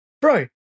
Bro